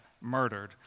murdered